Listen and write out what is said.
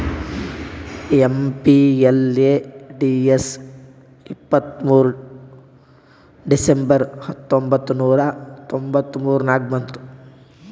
MPLADS ಇಪ್ಪತ್ತ್ಮೂರ್ December ಹತ್ತೊಂಬತ್ ನೂರಾ ತೊಂಬತ್ತ ಮೂರ ನಾಗ ಬಂತು